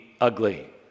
ugly